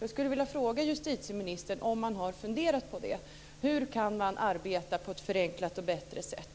Jag skulle vilja fråga justitieministern om man har funderat på det. Hur kan man arbeta på ett förenklat och bättre sätt?